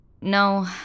No